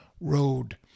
road